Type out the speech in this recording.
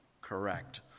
correct